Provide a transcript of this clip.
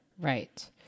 Right